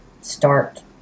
start